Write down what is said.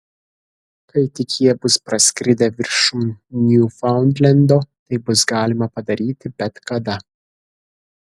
kai tik jie bus praskridę viršum niufaundlendo tai bus galima padaryti bet kada